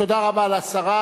תודה רבה לשרה,